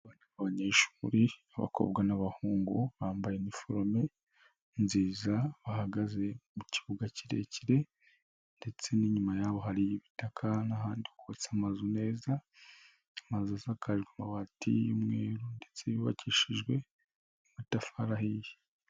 Abanyeshuri abakobwa n'abahungu bambaye iniforome nziza, bahagaze mu kibuga kirekire ndetse n'iyuma yaboho hari ibitaka, n'ahandi hubatse amazu meza, amazu asakaje amabati y'umweru ndetse yubakishijwe amatafarihiye.